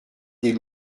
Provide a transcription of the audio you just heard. des